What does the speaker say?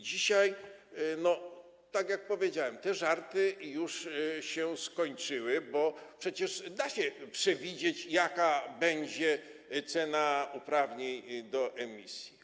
Dzisiaj, tak jak powiedziałem, żarty już się skończyły, bo przecież da się przewidzieć, jaka będzie cena uprawnień do emisji.